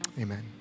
Amen